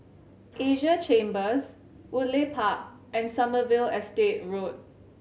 Asia Chambers Woodleigh Park and Sommerville Estate Road